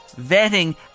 vetting